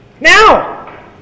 Now